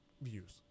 views